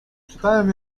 czytałem